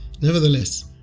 Nevertheless